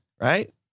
right